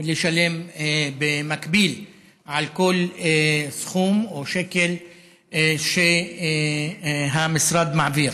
לשלם במקביל על כל סכום או שקל שהמשרד מעביר.